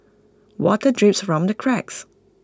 water drips from the cracks